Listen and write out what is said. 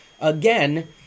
again